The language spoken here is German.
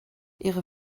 ihre